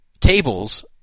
tables